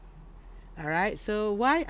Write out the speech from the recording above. alright so why